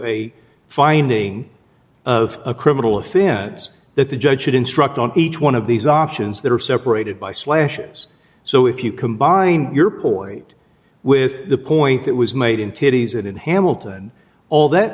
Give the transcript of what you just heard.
a finding of a criminal offense that the judge should instruct on each one of these options that are separated by slashes so if you combine your poit with the point that was made in titties and in hamilton all that